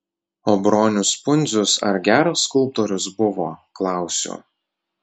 o bronius pundzius ar geras skulptorius buvo klausiu